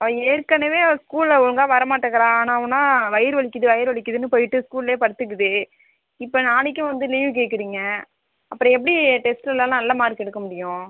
அவள் ஏற்கனவே அவள் ஸ்கூலில் ஒழுங்காக வரமாட்டேக்கிறா ஆனால் ஊனால் வயிறு வலிக்குது வயிறு வலிக்குதுனு போய்விட்டு ஸ்கூலிலே படுத்துக்குது இப்போ நாளைக்கும் வந்து லீவு கேட்குறீங்க அப்புறம் எப்படி டெஸ்ட்லெலாம் நல்ல மார்க் எடுக்க முடியும்